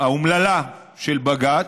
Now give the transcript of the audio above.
האומללה של בג"ץ,